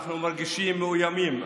אנחנו מרגישים מאוימים,